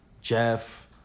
Jeff